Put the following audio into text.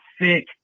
sick